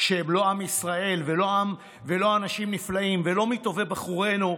שהם לא עם ישראל ולא אנשים נפלאים ולא מטובי בחורינו,